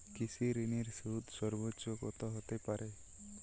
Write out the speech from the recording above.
কৃষিঋণের সুদ সর্বোচ্চ কত হতে পারে?